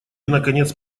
наконец